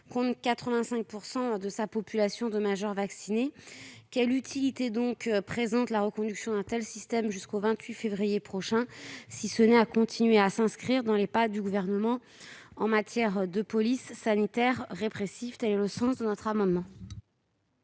compte 85 % de sa population majeure vaccinée. Quelle utilité présente la reconduction d'un tel système jusqu'au 28 février prochain, si ce n'est de continuer à s'inscrire dans les pas du Gouvernement en matière de police sanitaire répressive ? Tel est le sens de notre amendement.